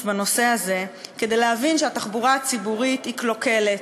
בנושא הזה כדי להבין שהתחבורה הציבורית היא קלוקלת,